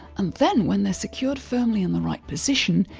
and then when they're secured firmly in the right position,